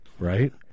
Right